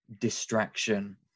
distraction